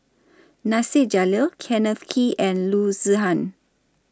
Nasir Jalil Kenneth Kee and Loo Zihan